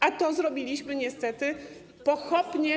A to zrobiliśmy niestety pochopnie.